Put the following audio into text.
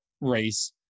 race